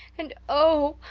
and oh,